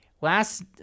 Last